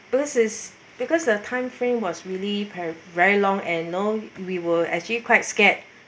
because is because the time frame was really pe~ very long and you know we were actually quite scared